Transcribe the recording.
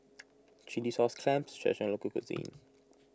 Chilli Sauce Clams is a Traditional Local Cuisine